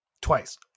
twice